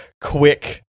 quick